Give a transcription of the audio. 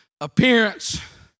appearance